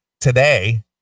today